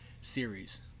series